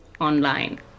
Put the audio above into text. online